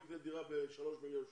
שיקנה דירה ב-3 מיליון שקל.